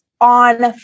on